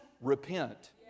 repent